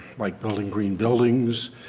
like building green buildings.